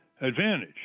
Advantage